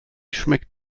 schmeckt